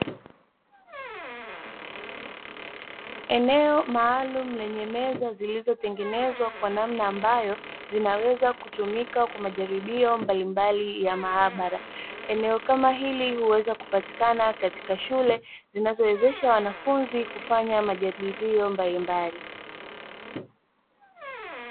Eneo maalumu lenye meza zilizotengenezwa kwa namna ambayo zinaweza kutumika kwa majaribio mbalimbali ya maabara, eneo kama hili huweza kupatikana katika shule zinazowawezesha wanafunzi kufanya majaribio mbalimbali.